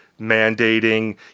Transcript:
mandating